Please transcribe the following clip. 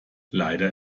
leider